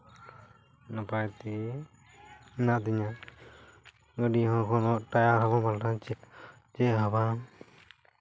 ᱱᱟᱯᱟᱭ ᱜᱮ ᱦᱮᱱᱟᱜ ᱛᱤᱧᱟᱹ ᱜᱟᱹᱰᱤ ᱦᱚᱸ ᱵᱟᱠᱚ ᱴᱟᱭᱟᱨ ᱦᱚᱸ ᱵᱟᱠᱚ ᱯᱟᱞᱴᱟᱣᱟᱜ ᱛᱤᱧᱟᱹ ᱪᱮᱫ ᱦᱚᱸ ᱵᱟᱝ